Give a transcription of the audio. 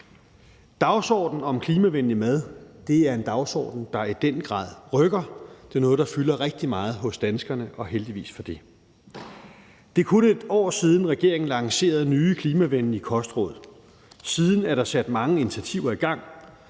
Dagsordenen om klimavenlig mad er en dagsorden, der i den grad rykker. Det er noget, der fylder rigtig meget hos danskerne, og heldigvis for det. Det er kun et år siden, at regeringen lancerede nye klimavenlige kostråd. Siden er der sat mange initiativer i gang.